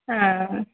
ആ